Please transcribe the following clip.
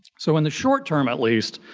so in the short term at least,